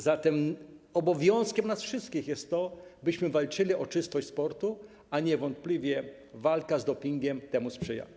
Zatem obowiązkiem nas wszystkich jest to, byśmy walczyli o czystość sportu, a niewątpliwie walka z dopingiem temu sprzyja.